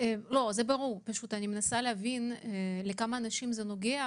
אני מנסה להבין לכמה אנשים זה נוגע?